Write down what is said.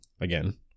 again